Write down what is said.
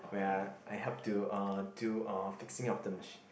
where I I help to uh do uh fixing of the machine